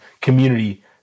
community